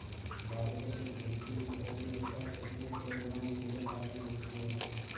बाजरे की खेती में प्रति एकड़ कितने किलोग्राम यूरिया डालनी होती है?